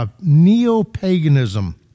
neo-paganism